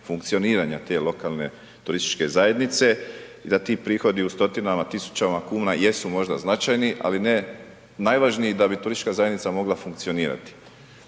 funkcioniranja te lokalne, turističke zajednice i da ti prihodi u stotinama, tisućama kuna, jesu možda značajni, ali ne najvažniji da bi turistička zajednica mogla funkcionirati.